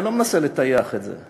אני לא מנסה לטייח את זה,